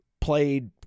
played